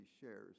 shares